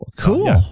Cool